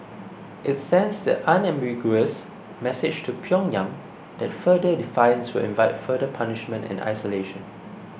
it sends the unambiguous message to Pyongyang that further defiance will invite further punishment and isolation